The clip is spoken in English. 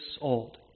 old